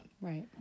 Right